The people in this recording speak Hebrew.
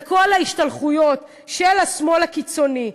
וכל ההשתלחויות של השמאל הקיצוני,